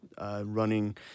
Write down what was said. running